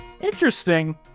interesting